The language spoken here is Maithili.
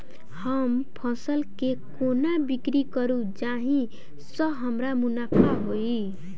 हम फसल केँ कोना बिक्री करू जाहि सँ हमरा मुनाफा होइ?